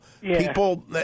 people